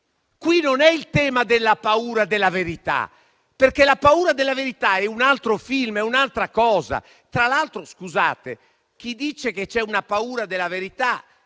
Qui il tema non è la paura della verità, perché la paura della verità è un altro film, è un'altra cosa. Tra l'altro, chi dice che c'è paura della verità,